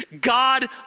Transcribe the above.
God